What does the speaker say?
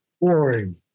boring